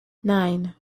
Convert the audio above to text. nine